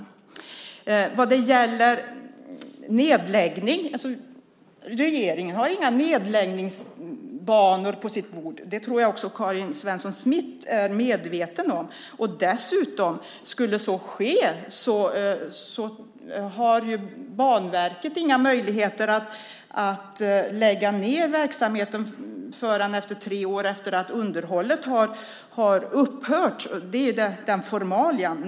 Sedan var det frågan om nedläggning. Regeringen har inga planer på nedläggning av banor. Det tror jag att Karin Svensson Smith är medveten om. Om så skulle ske har Banverket inga möjligheter att lägga ned verksamheten förrän tre år efter det att underhållet har upphört. Det är formalia.